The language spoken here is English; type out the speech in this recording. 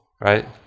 right